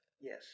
yes